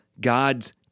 God's